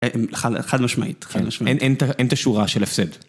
חד משמעית, חד משמעית. אין תשורה של הפסד.